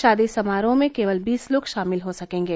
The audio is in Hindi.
शादी समारोह में केवल बीस लोग शामिल हो सकेंगे